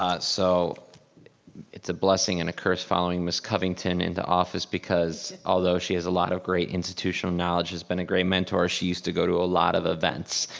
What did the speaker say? so it's a blessing and a curse following miss covington into office because although she has a lot of great institutional knowledge, has been a great mentor, she used to go to a lot of events.